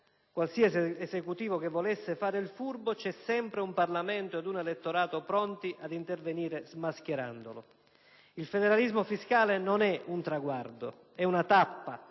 qualsiasi colore esso sia, c'è sempre un Parlamento ed un elettorato pronti ad intervenire smascherandolo. Il federalismo fiscale non è un traguardo, è una tappa.